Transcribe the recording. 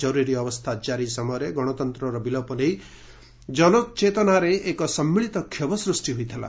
ଜରୁରୀ ଅବସ୍ଥା କାରୀ ସମୟରେ ଗଣତନ୍ତ୍ରର ବିଲୋପ ନେଇ ଜନଚେତନାରେ ଏକ ସମ୍ମିଳିତ କ୍ଷୋଭ ସୃଷ୍ଟି ହୋଇଥିଲା